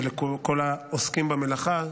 ולכל העוסקים במלאכה,